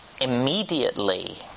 immediately